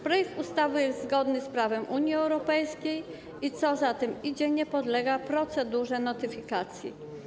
Projekt ustawy jest zgodny z prawem Unii Europejskiej, a co za tym idzie - nie podlega procedurze notyfikacji.